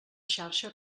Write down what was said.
xarxa